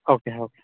okay okay